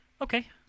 Okay